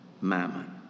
mammon